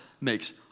makes